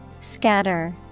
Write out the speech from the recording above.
Scatter